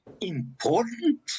important